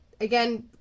Again